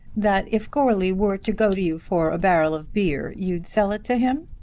that if goarly were to go to you for a barrel of beer you'd sell it to him?